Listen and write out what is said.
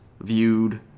viewed